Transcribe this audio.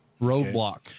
roadblock